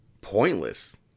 pointless